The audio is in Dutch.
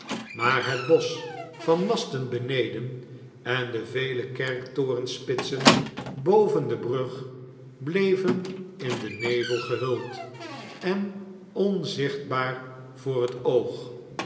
maar het bosch van masten beneden en de vele kerktorenspitsen boven de brug bleven in den nevel gehuld en onzichtbaar voor het oog